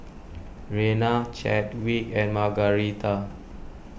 Rena Chadwick and Margaretha